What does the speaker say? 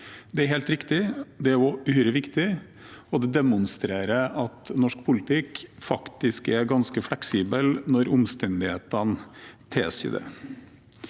Dette er helt riktig. Det er også uhyre viktig, og det demonstrerer at norsk politikk faktisk er ganske fleksibel når omstendighetene tilsier det.